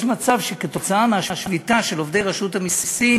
יש מצב שכתוצאה מהשביתה של עובדי רשות המסים